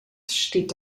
steht